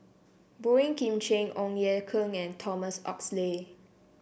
Boey Kim Cheng Ong Ye Kung and Thomas Oxley